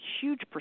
huge